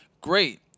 Great